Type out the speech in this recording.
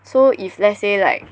so if let's say like